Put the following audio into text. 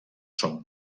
són